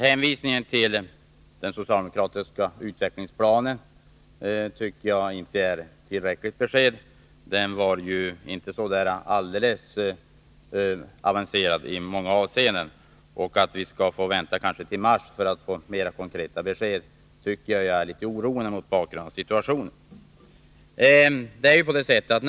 Hänvisningen till den socialde mokratiska utvecklingsplanen tycker jag inte är ett tillräckligt besked — den Nr 37 var i många avseenden inte så särskilt avancerad. Och att vi skall få vänta Tisdagen den kanske till i mars för att få mer konkreta besked tycker jag är litet oroande 30 november 1982 mot bakgrund av situationen.